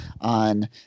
on